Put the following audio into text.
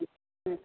ம் ம்